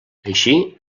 així